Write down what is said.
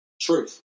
truth